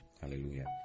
Hallelujah